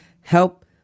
help